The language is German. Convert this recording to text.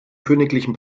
königlichen